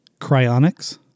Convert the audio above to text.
cryonics